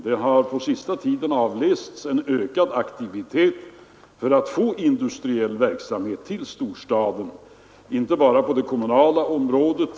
Det har på sista tiden avlästs en ökad aktivitet för att få industriell verksamhet till storstaden, och detta inte bara på det kommunala området.